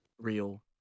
real